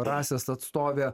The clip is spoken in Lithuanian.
rasės atstovė